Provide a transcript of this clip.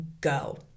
go